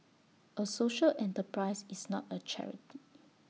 A social enterprise is not A charity